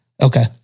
Okay